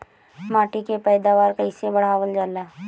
माटी के पैदावार कईसे बढ़ावल जाला?